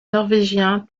norvégien